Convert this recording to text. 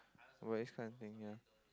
why this kind of thing here